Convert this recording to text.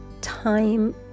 time